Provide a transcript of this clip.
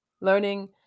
Learning